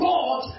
God